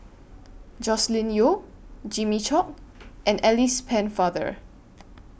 Joscelin Yeo Jimmy Chok and Alice Pennefather